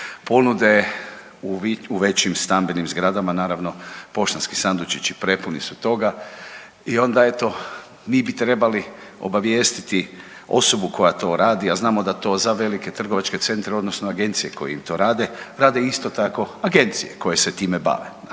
ponude u većim stambenim zgradama, naravno, poštanski sandučiću prepuni su toga i onda eto, mi bi trebali obavijestiti osobu koja to radi, a znamo da to za velike trgovačke centre, odnosno agencije koje im to rade, rade isto tako, agencije koje se time bave.